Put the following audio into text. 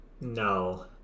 No